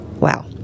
Wow